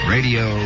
Radio